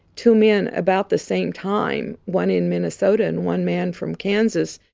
two men about the same time, one in minnesota and one man from kansas,